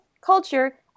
culture